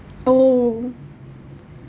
!ow!